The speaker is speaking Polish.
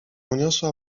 uniosła